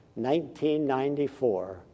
1994